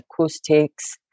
acoustics